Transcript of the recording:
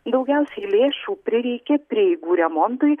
daugiausiai lėšų prireikė prieigų remontui